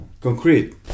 concrete